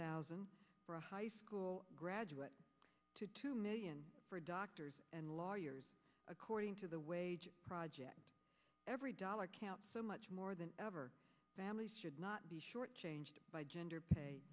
thousand for a high school graduate to two million for doctors and lawyers according to the wage project every dollar counts so much more than ever families should not be shortchanged by gender pay